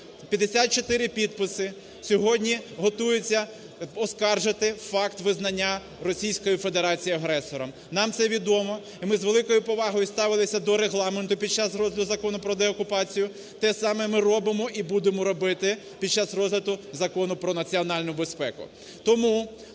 54 підписи, сьогодні готуються оскаржити факт визнання Російської Федерації агресором. Нам це відомо і ми з великою повагою ставилися до Регламенту під час розгляду Закону про деокупацію, те саме ми робимо і будемо робити під час розгляду Закону про національну безпеку.